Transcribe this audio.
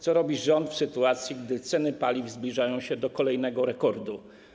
Co robi rząd w sytuacji, gdy ceny paliw zbliżają się do kolejnego rekordu?